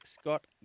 Scott